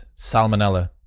salmonella